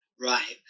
Right